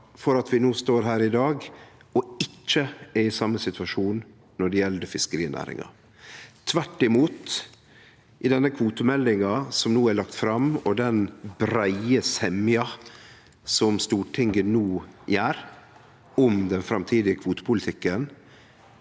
for at vi står her no i dag og ikkje er i same situasjon når det gjeld fiskerinæringa. Tvert imot: Med den kvotemeldinga som no er lagd fram, og med den breie semja Stortinget no har om den framtidige kvotepolitikken,